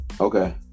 Okay